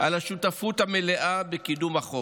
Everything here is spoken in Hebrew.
על השותפות המלאה בקידום החוק,